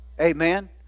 Amen